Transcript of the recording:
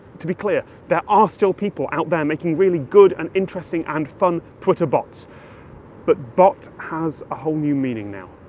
to be clear, there are still people out there making really good and interesting and fun twitter bots but bot has a whole new meaning now.